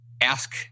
ask